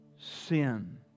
sin